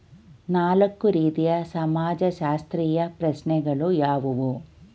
ನಾಲ್ಕು ರೀತಿಯ ಸಮಾಜಶಾಸ್ತ್ರೀಯ ಪ್ರಶ್ನೆಗಳು ಯಾವುವು?